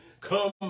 come